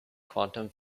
quantum